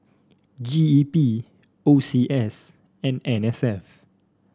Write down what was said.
G E P O C S and N S F